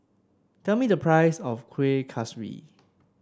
tell me the price of Kuih Kaswi